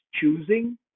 choosing